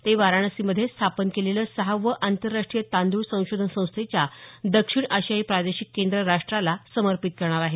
ते वाराणसीमध्ये स्थापन केलेलं सहावं आंतरराष्ट्रीय तांदूळ संशोधन संस्थेच्या दक्षिण आशियायी प्रादेशिक केंद्र राष्ट्रला समर्पित करणार आहेत